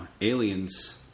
Aliens